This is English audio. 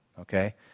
okay